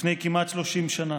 לפני כמעט 30 שנה.